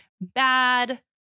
bad